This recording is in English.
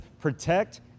protect